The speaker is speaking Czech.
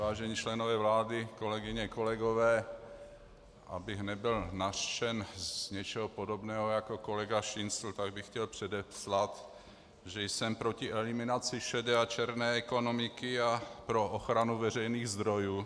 Vážení členové vlády, kolegyně, kolegové, abych nebyl nařčen z něčeho podobného jako kolega Šincl, tak bych chtěl předeslat, že jsem proti eliminaci šedé a černé ekonomiky a pro ochranu veřejných zdrojů.